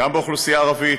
גם באוכלוסייה הערבית,